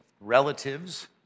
relatives